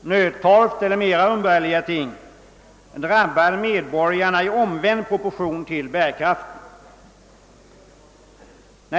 nödtorft eller mer umbärliga ting — drabbar medborgarna i omvänd proportion till deras bärkraft.